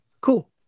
Cool